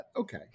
Okay